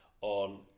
on